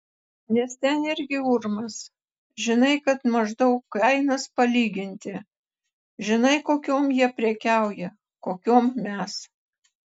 nes ten irgi urmas žinai kad maždaug kainas palyginti žinai kokiom jie prekiauja kokiom mes